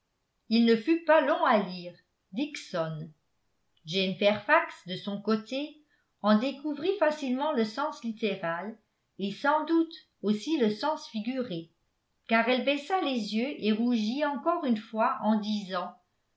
il ne fut pas long à lire dixon jane fairfax de son côté en découvrit facilement le sens littéral et sans doute aussi le sens figuré car elle baissa les yeux et rougit encore une fois en disant